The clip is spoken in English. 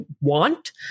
want